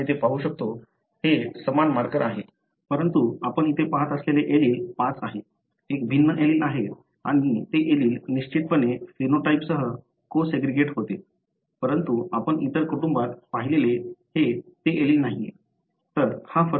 आपण येथे पाहू शकतो हे समान मार्कर आहे परंतु आपण येथे पहात असलेले एलील 5 आहे एक भिन्न एलील आहे आणि ते एलील निश्चितपणे फिनोटाइपसह को सेग्रीगेट होते परंतु आपण इतर कुटुंबात पाहिलेले हे ते एलील नाहीये